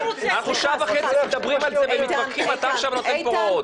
אנחנו שעה וחצי מדברים על זה ומתווכחים ואתה עכשיו נותן פה הוראות?